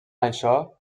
això